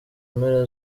mpera